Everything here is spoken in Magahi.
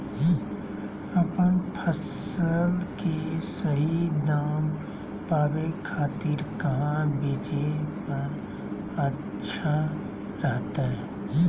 अपन फसल के सही दाम पावे खातिर कहां बेचे पर अच्छा रहतय?